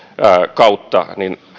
kautta